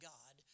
God